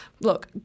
Look